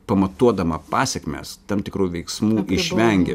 pamatuodama pasekmes tam tikrų veiksmų išvengia